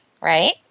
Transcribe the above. right